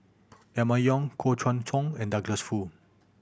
Emma Yong Koh Guan Song and Douglas Foo